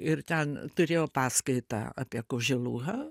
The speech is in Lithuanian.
ir ten turėjau paskaitą apie koželuhą